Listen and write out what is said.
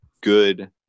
good